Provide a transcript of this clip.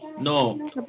No